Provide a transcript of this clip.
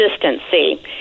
consistency